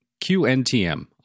QNTM